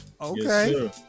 Okay